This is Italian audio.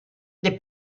the